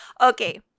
okay